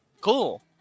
Cool